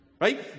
right